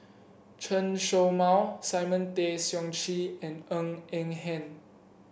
Chen Show Mao Simon Tay Seong Chee and Ng Eng Hen